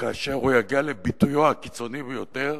כאשר הוא יגיע לביטויו הקיצוני ביותר